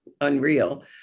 unreal